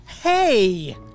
Hey